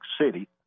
city